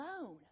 alone